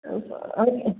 ആ ഓക്കെ